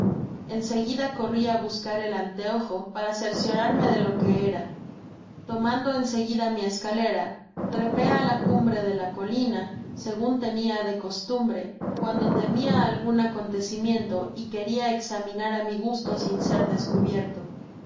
seguida corri á buscar el anteojo para cerciorarme de lo que era tomando en seguida mi escalera trepé á la cumbre de la colina segun tenia de costumbre cuando temia algun acontecimiento y queria examinar á mi gusto sin ser descubierto